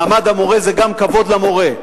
מעמד המורה זה גם כבוד למורה.